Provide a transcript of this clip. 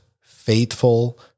faithful